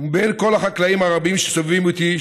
מבין כל החקלאים הרבים שסובבים אותי,